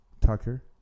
Tucker